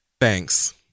Thanks